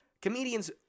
comedians